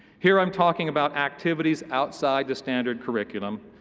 here i am talking about activities outside the standard curriculum,